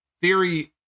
Theory